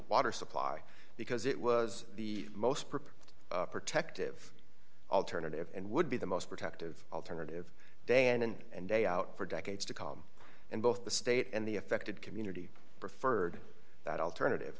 water supply because it was the most perfect protective alternative and would be the most protective alternative day in and day out for decades to come and both the state and the affected community preferred that alternative